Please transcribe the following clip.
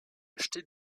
acheté